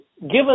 given